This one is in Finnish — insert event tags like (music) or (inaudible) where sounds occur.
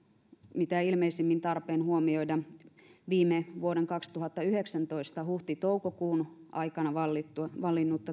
mitä ilmeisimmin tarpeen huomioida vuoden kaksituhattayhdeksäntoista huhti toukokuun aikana vallinnut (unintelligible)